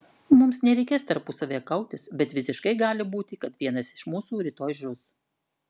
mums nereikės tarpusavyje kautis bet visiškai gali būti kad vienas iš mūsų rytoj žus